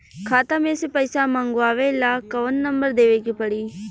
खाता मे से पईसा मँगवावे ला कौन नंबर देवे के पड़ी?